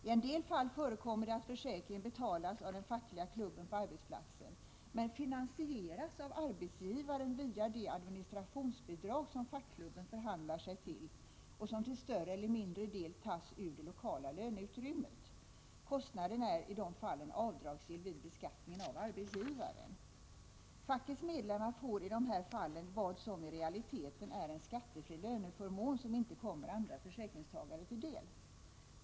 I en del fall förekommer det att försäkringen betalas av den fackliga klubben på arbetsplatsen men finansieras av arbetsgivaren via det administrationsbidrag som fackklubben förhandlar sig till och som till större eller mindre del tas ur det lokala löneutrymmet. Kostnaden är i dessa fall avdragsgill vid beskattningen av arbetsgivaren. Fackets medlemmar får i dessa fall i realiteten en skattefri löneförmån som inte kommer andra försäkringstagare till del.